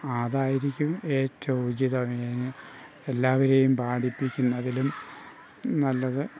അതായിരിക്കും ഏറ്റവും ഉചിതം ഏഹ് എല്ലാവരേയും പാടിപ്പിക്കുന്നതിലും നല്ലത്